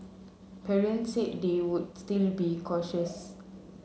parents said they would still be cautious